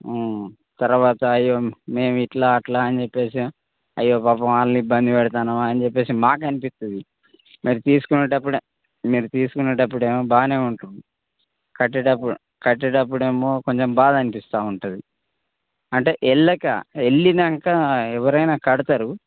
తరవాత అయ్యో మేము ఇట్లా అట్లా అని చెప్పేసి అయ్యో పాపం వాళ్ళని ఇబ్బంది పెడుతున్నాం అని చెప్పేసి మాకు అనిపిస్తుంది మరి తీసుకునేటప్పుడే మీరు తీసుకునేటప్పుడేమో బాగానే ఉంటుండు కట్టేటప్పుడు కట్టేటప్పుడేమో కొంచెం బాధ అనిపిస్తూ ఉంటుంది అంటే వెళ్ళక వెళ్ళినాక ఎవరైనా కడతారు